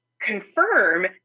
confirm